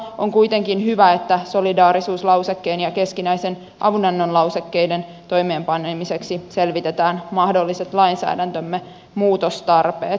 on kuitenkin hyvä että solidaarisuuslausekkeen ja keskinäisen avunannon lausekkeiden toimeenpanemiseksi selvitetään mahdolliset lainsäädäntömme muutostarpeet